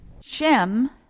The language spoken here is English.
Shem